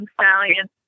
stallion